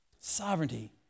Sovereignty